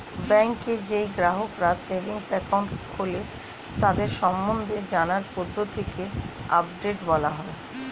ব্যাংকে যেই গ্রাহকরা সেভিংস একাউন্ট খোলে তাদের সম্বন্ধে জানার পদ্ধতিকে আপডেট বলা হয়